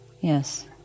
Yes